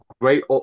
great